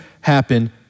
happen